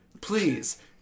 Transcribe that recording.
Please